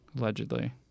Allegedly